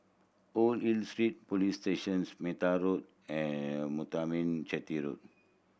Old Hill Street Police Station Metta School and Muthuraman Chetty Road